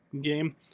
game